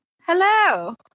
Hello